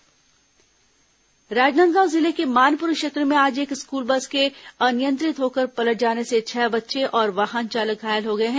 दुर्घटना राजनांदगांव जिले के मानपुर क्षेत्र में आज एक स्कूल बस के अनियंत्रित होकर पलट जाने से छह बच्चे और वाहन चालक घायल हो गए हैं